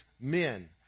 men